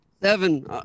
Seven